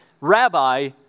Rabbi